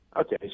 Okay